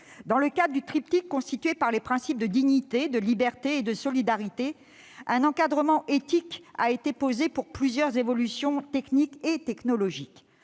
Dans le cadre du triptyque constitué par les principes de dignité, de liberté et de solidarité, un encadrement éthique a été fixé pour plusieurs évolutions techniques et technologiques.